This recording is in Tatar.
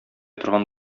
торган